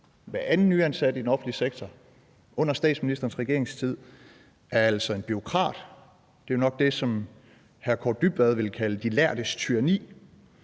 Hver anden nyansat i den offentlige sektor under statsministerens regeringstid er altså en bureaukrat. Det er nok det, som udlændinge- og integrationsministeren ville kalde de lærdes tyranni,